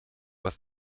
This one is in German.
was